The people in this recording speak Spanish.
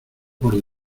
por